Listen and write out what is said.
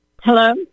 Hello